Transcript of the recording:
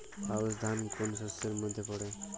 আউশ ধান কোন শস্যের মধ্যে পড়ে?